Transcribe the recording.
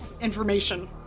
information